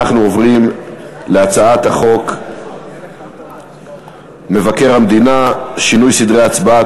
אנחנו עוברים להצעת חוק מבקר המדינה (שינוי סדרי ההצבעה),